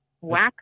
Wax